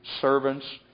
servants